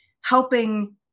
helping